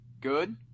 good